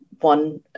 one